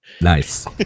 Nice